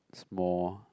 it's more